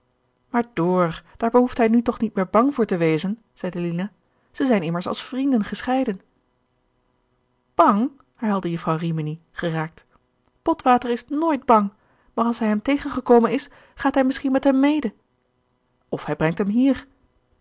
maar door daar behoeft hij nu toch niet meer bang voor te wezen zeide lina zij zijn immers als vrienden gescheiden bang herhaalde jufvrouw rimini geraakt botwater is nooit bang maar als hij hem tegen gekomen is gaat hij misschien met hem mede of hij brengt hem hier